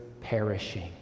perishing